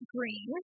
Green